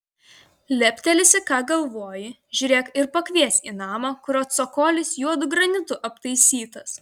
leptelėsi ką galvoji žiūrėk ir pakvies į namą kurio cokolis juodu granitu aptaisytas